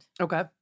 Okay